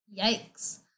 Yikes